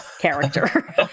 character